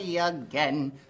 again